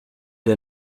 der